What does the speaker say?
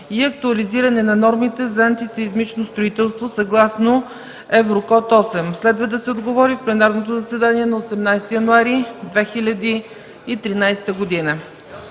и актуализиране на нормите за антисеизмично строителство, съгласно „Еврокод 8”; следва да се отговори в пленарното заседание на 18 януари 2013 г.;